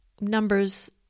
numbers